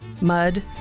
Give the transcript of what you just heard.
Mud